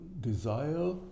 desire